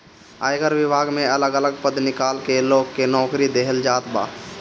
आयकर विभाग में अलग अलग पद निकाल के लोग के नोकरी देहल जात बा